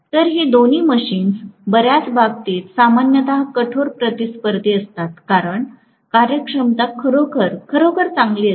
तर ही दोन्ही मशीन्स बर्याच बाबतीत सामान्यत कठोर प्रतिस्पर्धी असतात कारण कार्यक्षमता खरोखरच खरोखर चांगली असते